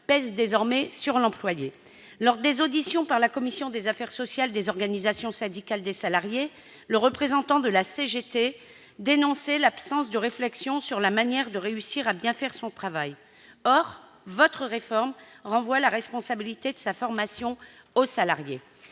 pèse désormais sur l'employé. Lors des auditions par la commission des affaires sociales des organisations syndicales des salariés, le représentant de la CGT dénonçait l'absence de « réflexion sur la manière de réussir à bien faire son travail », soulignant que la « réforme renvoie la responsabilité de sa formation au salarié